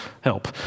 help